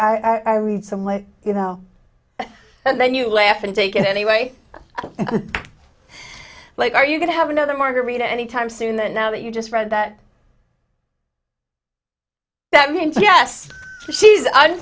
are some way you know and then you laugh and take it anyway like are you going to have another margarita anytime soon that now that you just read that that means yes she's